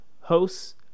hosts